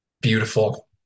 beautiful